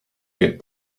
get